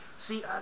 see